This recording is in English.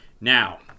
Now